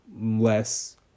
less